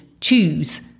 choose